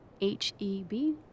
H-E-B